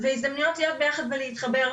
והזדמנויות רבות יותר להיות ביחד פיזית ולהתחבר.